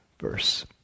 verse